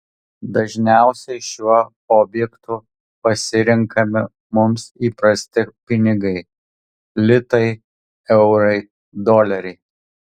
dažniausiai šiuo objektu pasirenkami mums įprasti pinigai litai eurai doleriai